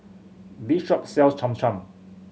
this shop sells Cham Cham